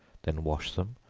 then wash them,